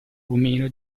rumeno